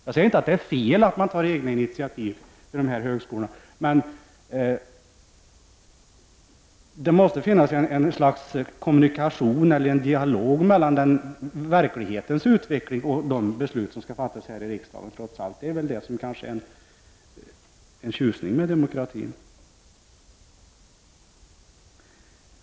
Jag säger inte att det är felaktigt att ta egna initiativ vid högskolorna, men det måste finnas en dialog mellan verkligheten och de beslut som skall fattas här i riksdagen. Trots allt är det kanske det som är tjusningen med demokratin.